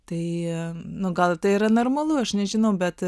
tai nu gal tai yra normalu aš nežinau bet